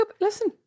Listen